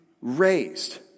raised